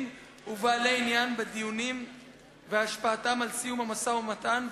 ובעלי עניין בדיונים והשפעתם על סיום המשא-ומתן,